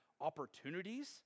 opportunities